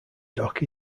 dock